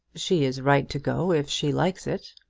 she is right to go if she likes it.